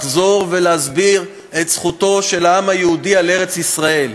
לחזור ולהסביר את זכותו של העם היהודי על ארץ-ישראל.